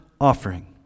offering